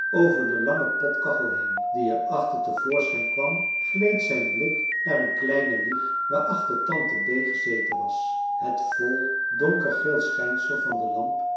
over de lange potkachel heen die er achter te voorschijn kwam gleed zijn blik naar een kleine wieg waarachter tante bee gezeten was het vol donkergeel schijnsel van de lamp